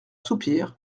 soupir